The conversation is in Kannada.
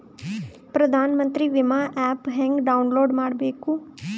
ಪ್ರಧಾನಮಂತ್ರಿ ವಿಮಾ ಆ್ಯಪ್ ಹೆಂಗ ಡೌನ್ಲೋಡ್ ಮಾಡಬೇಕು?